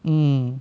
mm